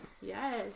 Yes